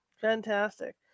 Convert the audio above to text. Fantastic